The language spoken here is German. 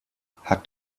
hat